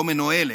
לא מנוהלת,